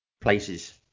places